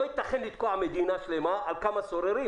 לא יתכן לתקוע מדינה שלמה על כמה סוררים.